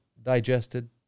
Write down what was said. digested